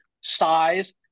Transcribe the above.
size